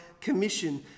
commission